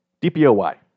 DPOY